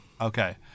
Okay